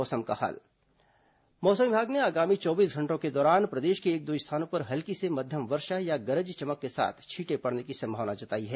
मौसम मौसम विभाग ने आगामी चौबीस घंटों के दौरान प्रदेश के एक दो स्थानों पर हल्की से मध्यम वर्षा या गरज चमक के साथ छींटे पड़ने की संभावना जताई है